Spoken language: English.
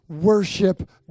worship